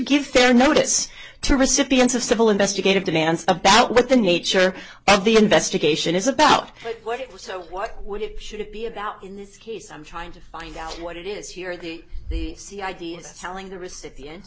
give fair notice to recipients of civil investigative demand about what the nature of the investigation is about what it was so what would it should be about in this case i'm trying to find out what it is here the see ideas telling the recipient